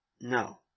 No